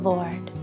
Lord